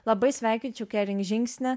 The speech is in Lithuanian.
labai sveikinčiau kering žingsnį